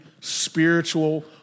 spiritual